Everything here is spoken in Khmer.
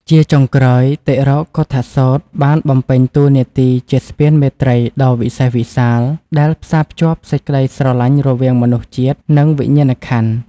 ជាចុងក្រោយ តិរោកុឌ្ឍសូត្របានបំពេញតួនាទីជាស្ពានមេត្រីដ៏វិសេសវិសាល ដែលផ្សារភ្ជាប់សេចក្ដីស្រឡាញ់រវាងមនុស្សជាតិ និងវិញ្ញាណក្ខន្ធ។